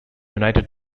united